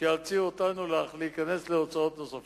שיאלצו אותנו להיכנס להוצאות נוספות.